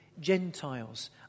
Gentiles